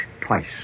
twice